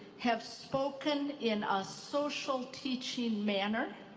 have spoken in a social teaching manner,